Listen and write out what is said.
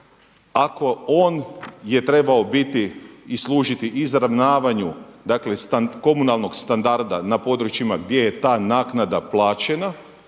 ako on je trebao biti i služiti izravnavanju dakle komunalnog standarda na područjima gdje je ta naknada plaćena,